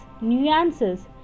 nuances